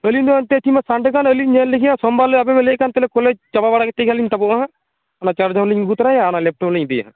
ᱟᱹᱞᱤᱧ ᱫᱚ ᱚᱱᱛᱮ ᱠᱤᱝᱵᱟ ᱥᱟᱱᱰᱮ ᱠᱷᱟᱱ ᱟᱞᱤᱧ ᱧᱮᱞᱜᱮᱭᱟ ᱥᱚᱢᱵᱟᱨᱞᱮ ᱟᱯᱮᱯᱮ ᱞᱮᱜ ᱠᱟᱱ ᱛᱟᱦᱮᱱᱟ ᱠᱚᱞᱮᱡᱽ ᱪᱟᱵᱟ ᱵᱟᱲᱟ ᱠᱟᱛᱮ ᱟᱞᱤᱧ ᱛᱟᱵᱚᱜᱼᱟ ᱦᱟᱸᱜ ᱚᱱᱟ ᱪᱟᱨᱡᱟᱨᱞᱤᱧ ᱟᱹᱜᱩ ᱛᱚᱨᱟᱭᱟ ᱚᱨ ᱞᱮᱯᱴᱚᱯ ᱞᱤᱧ ᱤᱫᱤᱭᱟ ᱦᱟᱸᱜ